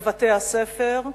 בבתי-הספר.